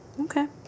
Okay